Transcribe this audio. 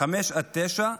חמש עד תשע,